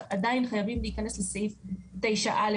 עדיין חייבים להיכנס לסעיף 9(א)(1)